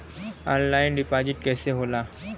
Online deposit कैसे होला?